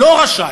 לא רשאי,